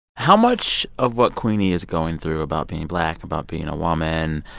how much of what queenie is going through about being black, about being a woman,